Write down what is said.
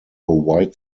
white